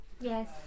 Yes